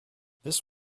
this